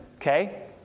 okay